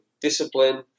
discipline